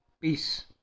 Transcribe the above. peace